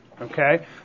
Okay